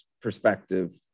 perspective